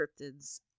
cryptids